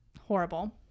horrible